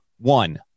one